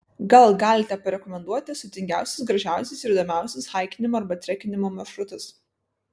gal galite parekomenduoti sudėtingiausius gražiausius ir įdomiausius haikinimo arba trekinimo maršrutus